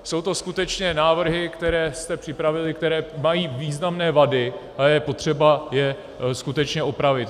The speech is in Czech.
Jsou to skutečně návrhy, které jste připravili, které mají významné vady a je potřeba je skutečně opravit.